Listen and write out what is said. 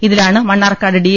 ഇതിലാണ് മണ്ണാർക്കാട് ഡി